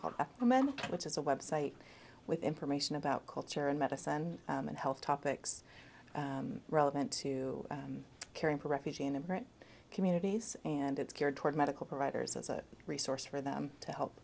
called men which is a website with information about culture and medicine and health topics relevant to caring for refugee and immigrant communities and it's geared toward medical providers as a resource for them to help